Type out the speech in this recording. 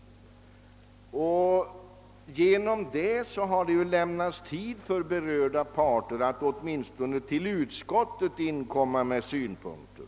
Därigenom har det lämnats tid för berörda parter att till utskottet inkomma med synpunkter.